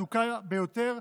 הדוקה ביותר,